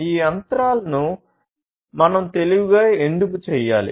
ఈ యంత్రాలను మనం తెలివిగా ఎందుకు చేయాలి